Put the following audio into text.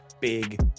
big